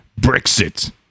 Brexit